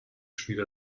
spieler